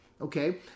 Okay